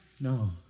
No